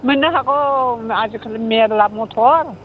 मोननो हागौ आजिखालि मेल्ला मटर